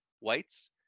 whites